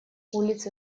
улицы